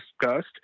discussed